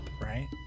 right